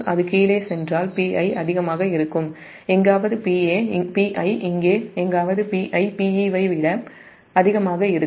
அது கீழே சென்றால் Pi அதிகமாக இருக்கும் Pi எங்காவது PiPe வை விட அதிகமாக இருக்கும்